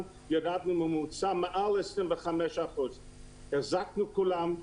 ירדנו בממוצע מעל 25%. החזקנו את כולם,